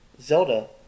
Zelda